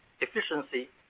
efficiency